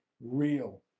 real